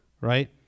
right